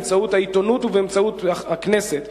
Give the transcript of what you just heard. באמצעות העיתונות ובאמצעות הכנסת,